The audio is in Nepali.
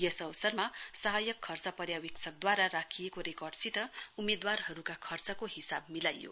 यस अवसरमा सहायक खर्च पर्यावेक्षकद्वारा राखिएको रेकर्डसित उम्मेदवारहरूका खर्चको हिसाब मिलाइयो